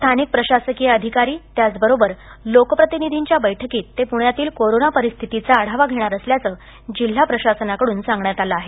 स्थानिक प्रशासकीय अधिकारी त्याचबरोबर लोकप्रतिनिधींच्या बैठकीत ते पुण्यातील कोरोना परिस्थितीचा आढावा घेणार असल्याचं जिल्हा प्रशासनाकडून सांगण्यात आलं आहे